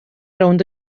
rownd